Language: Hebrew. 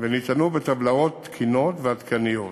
ונטענו בטבלאות תקינות ועדכניות.